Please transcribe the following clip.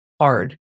hard